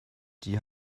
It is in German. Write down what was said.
die